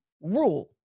rule